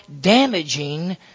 damaging